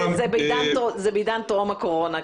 חשובים אחרים.